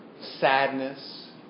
sadness